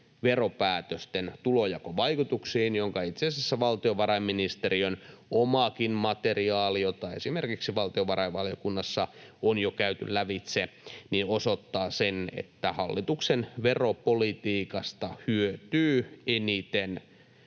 veropäätösten tulonjakovaikutuksiin. Itse asiassa valtiovarainministeriön omakin materiaali, jota esimerkiksi valtiovarainvaliokunnassa on jo käyty lävitse, osoittaa sen, että hallituksen veropolitiikasta hyötyy eniten